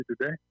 today